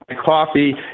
coffee